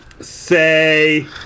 say